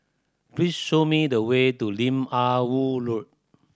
please show me the way to Lim Ah Woo Road